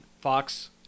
fox